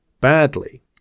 badly